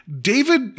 David